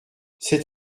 cet